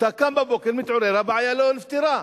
אתה קם בבוקר, מתעורר, הבעיה לא נפתרה.